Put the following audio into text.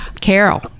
Carol